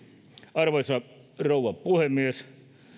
arvoisa rouva puhemies